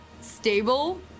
stable